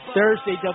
Thursday